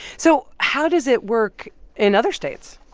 so how does it work in other states?